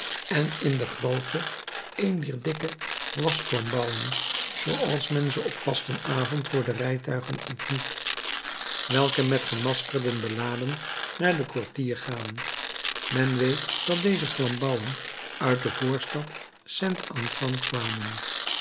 en in de groote een dier dikke wasflambouwen zooals men ze op vastenavond voor de rijtuigen ontmoet welke met gemaskerden beladen naar de courtille gaan men weet dat deze flambouwen uit de voorstad st antoine kwamen